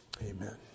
Amen